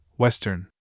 Western